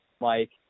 Mike